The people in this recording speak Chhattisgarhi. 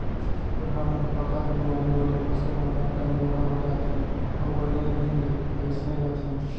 खुरहा मुहंपका बेमारी होए ले पसु मन बने कमजोरहा हो जाथें अउ बने दिन ले अइसने रथें